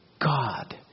God